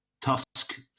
tusk